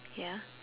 ya